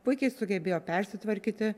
puikiai sugebėjo persitvarkyti